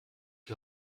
die